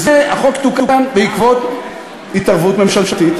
החוק תוקן בעקבות התערבות ממשלתית,